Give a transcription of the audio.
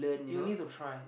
you need to try